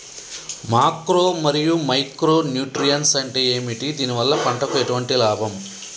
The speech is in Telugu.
మాక్రో మరియు మైక్రో న్యూట్రియన్స్ అంటే ఏమిటి? దీనివల్ల పంటకు ఎటువంటి లాభం?